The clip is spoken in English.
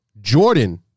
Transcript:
Jordan